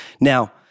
Now